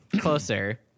Closer